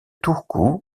turku